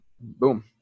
boom